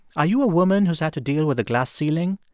are you a woman who's had to deal with a glass ceiling,